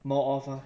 more off ah